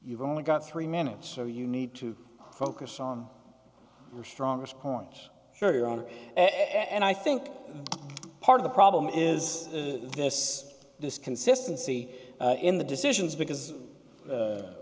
you've only got three minutes so you need to focus on your strongest points sure your honor and i think part of the problem is this this consistency in the decisions because